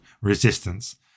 resistance